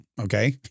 Okay